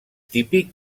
típic